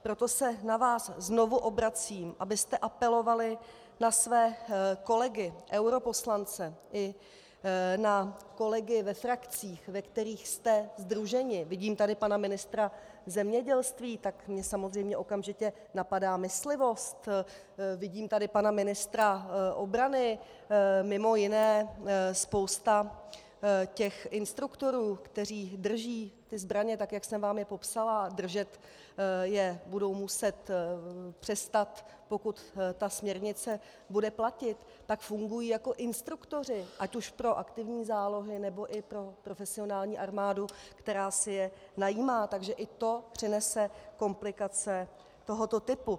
Proto se na vás znovu obracím, abyste apelovali na své kolegy europoslance i na kolegy ve frakcích, ve kterých jste sdruženi, vidím tady pana ministra zemědělství, tak mě samozřejmě okamžitě napadá myslivost, vidím tady pana ministra obrany, mj. spousta těch instruktorů, kteří drží zbraně, tak jak jsem vám je popsala, a držet je budou muset přestat, pokud ta směrnice bude platit, tak fungují jako instruktoři ať už pro aktivní zálohy, nebo i pro profesionální armádu, která si je najímá, takže i to přinese komplikace tohoto typu.